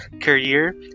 career